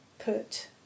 Put